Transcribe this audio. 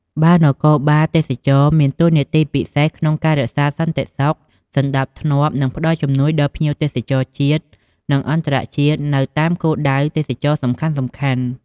បើនគរបាលទេសចរណ៍ មានតួនាទីពិសេសក្នុងការ រក្សាសន្តិសុខ សណ្ដាប់ធ្នាប់ និងផ្ដល់ជំនួយដល់ភ្ញៀវទេសចរណ៍ ជាតិ និងអន្តរជាតិនៅតាមគោលដៅទេសចរណ៍សំខាន់ៗ។